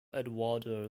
eduardo